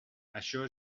això